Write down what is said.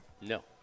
No